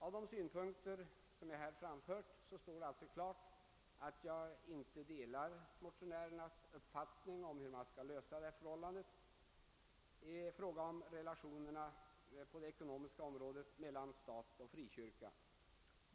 Av de synpunkter jag här framfört står det klart, att jag inte delar motio-- närernas uppfattning om hur man skall lösa frågan om relationerna på det eko-- nomiska området mellan stat och frikyrka.